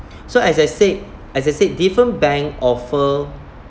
so as I said as I said different bank offer